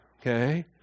Okay